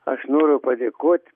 aš noriu padėkot